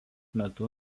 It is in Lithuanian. metu